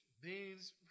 beans